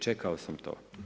Čekao sam to.